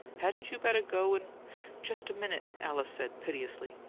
hadn't you better go and just a minute. alice said, piteously.